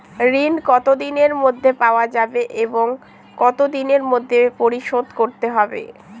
ঋণ কতদিনের মধ্যে পাওয়া যাবে এবং কত দিনের মধ্যে পরিশোধ করতে হবে?